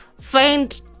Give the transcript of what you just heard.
find